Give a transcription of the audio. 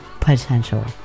potential